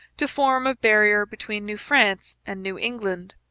to form a barrier between new france and new england.